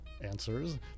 answers